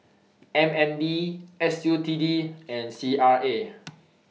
MND SUTD and CRA